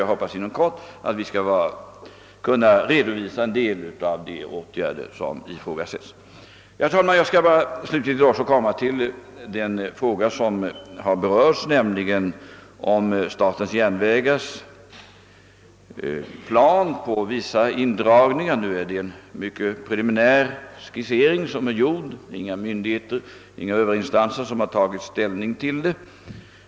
Jag hoppas att vi inom kort skall kunna redovisa en del av de åtgärder som därvid ifrågasättes. Slutligen skall jag också säga något om den fråga som här har berörts, nämligen statens järnvägars planer på vissa indragningar. Nu är den skiss som gjorts mycket preliminär — inga myndigheter, inga Ööverinstanser har tagit ställning till den.